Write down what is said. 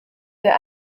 der